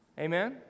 Amen